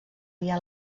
via